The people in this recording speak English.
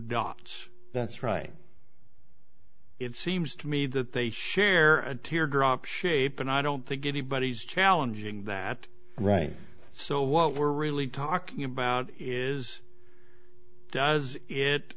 dots that's right it seems to me that they share a teardrop shape and i don't think anybody's challenging that right so what we're really talking about is does it